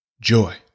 joy